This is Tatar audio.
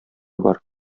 бар